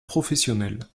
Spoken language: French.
professionnelle